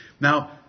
Now